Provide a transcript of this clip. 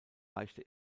reichte